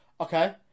Okay